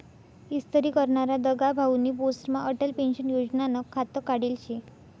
इस्तरी करनारा दगाभाउनी पोस्टमा अटल पेंशन योजनानं खातं काढेल शे